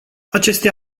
aceste